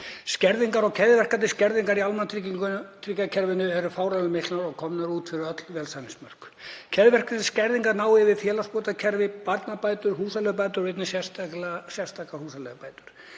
Skerðingar og keðjuverkandi skerðingar í almannatryggingakerfinu eru fáránlega miklar og komnar út fyrir öll velsæmismörk. Keðjuverkandi skerðingar ná yfir félagsbótakerfi, barnabætur, húsaleigubætur og einnig sérstakar húsaleigubætur.